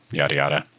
yadi-yada.